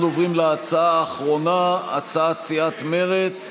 אנחנו עוברים להצעה האחרונה, הצעת סיעת מרצ.